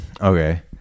Okay